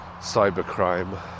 cybercrime